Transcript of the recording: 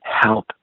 help